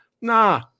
Nah